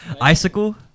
icicle